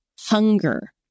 hunger